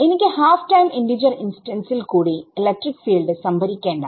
എനിക്ക് half time integer ഇൻസ്റ്റൻസിൽ കൂടി ഇലക്ട്രിക് ഫീൽഡ് സംഭരിക്കേണ്ട